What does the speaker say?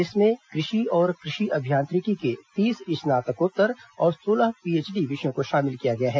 इसमें कृषि और कृषि अभियांत्रिकी के तीस स्नातकोत्तर और सोलह पीएचडी विषयों को शामिल किया गया है